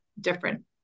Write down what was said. different